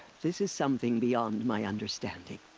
this is something beyond my understanding.